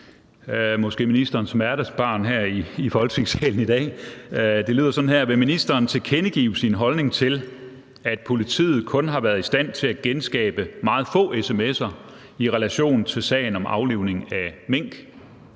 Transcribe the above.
ved ministerens smertensbarn her i Folketingssalen i dag. Det lyder sådan: Vil ministeren tilkendegive sin holdning til, at politiet kun har været i stand til at genskabe meget få sms'er i relation til sagen om aflivning af mink,